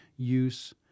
use